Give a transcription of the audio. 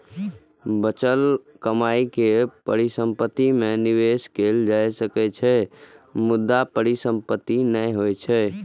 बचल कमाइ के परिसंपत्ति मे निवेश कैल जा सकै छै, मुदा परिसंपत्ति नै होइ छै